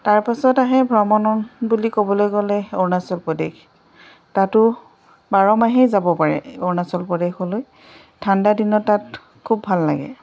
তাৰপাছত আহে ভ্ৰমণৰ বুলি ক'বলৈ গ'লে অৰুণাচল প্ৰদেশ তাতো বাৰ মাহেই যাব পাৰে অৰুণাচল প্ৰদেশলৈ ঠাণ্ডা দিনত তাত খুব ভাল লাগে